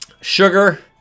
sugar